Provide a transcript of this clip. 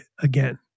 again